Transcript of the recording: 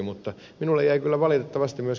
mutta minulle jäi kyllä valitettavasti ed